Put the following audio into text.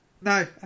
No